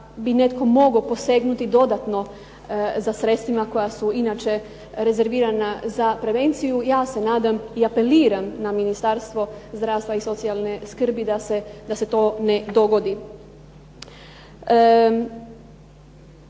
da bi netko mogao posegnuti dodatno za sredstvima koja su inače rezervirana za prevenciji. Ja se nadam i apeliram na Ministarstvo zdravstva i socijalne skrbi da se to ne dogodi.